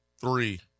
three